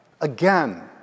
again